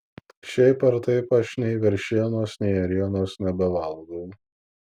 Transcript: šiaip ar taip aš nei veršienos nei ėrienos nebevalgau